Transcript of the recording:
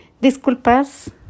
disculpas